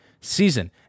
season